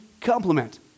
complement